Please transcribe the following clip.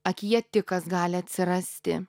akyje tikas gali atsirasti